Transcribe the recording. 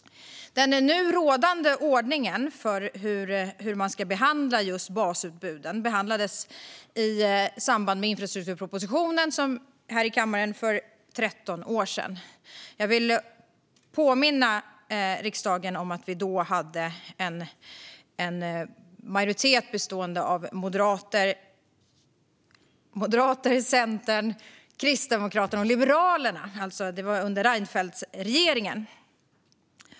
Den nu rådande ordningen för hur man ska hantera just basutbudet behandlades i infrastrukturpropositionen som togs upp i kammaren för 13 år sedan. Jag vill påminna riksdagen om att vi då hade en majoritet bestående av Moderaterna, Centern, Kristdemokraterna och Liberalerna - alltså under Reinfeldtregeringen.